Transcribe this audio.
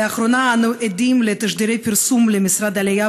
לאחרונה אנו עדים לתשדירי פרסום למשרד העלייה